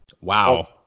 wow